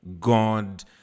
God